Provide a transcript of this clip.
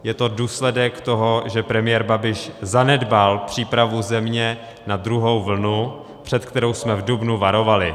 Je to důsledek toho, že premiér Babiš zanedbal přípravu země na druhou vlnu, před kterou jsme v dubnu varovali.